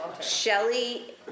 Shelly